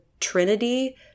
Trinity